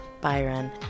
Byron